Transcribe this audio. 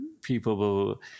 people